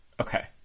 Okay